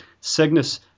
Cygnus